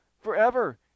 forever